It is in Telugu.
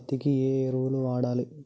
పత్తి కి ఏ ఎరువులు వాడాలి?